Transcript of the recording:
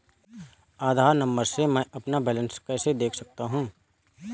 आधार number से मैं अपना बैलेंस कैसे देख सकता हूँ?